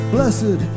Blessed